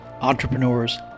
entrepreneurs